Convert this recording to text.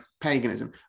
paganism